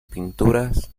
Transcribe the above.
pinturas